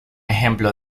ejemplo